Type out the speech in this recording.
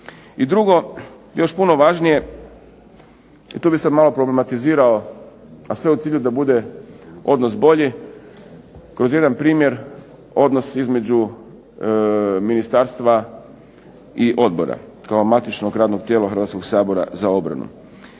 I drugo, još puno važnije. Tu bih sad malo problematizirao, a sve u cilju da bude odnos bolji kroz jedan primjer odnos između ministarstva i odbora kao matičnog radnog tijela Hrvatskog sabora za obranu.